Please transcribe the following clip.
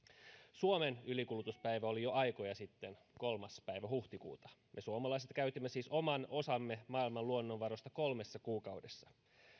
suomen ylikulutuspäivä oli jo aikoja sitten kolmas päivä huhtikuuta me suomalaiset käytimme siis oman osamme maailman luonnonvaroista kolmessa kuukaudessa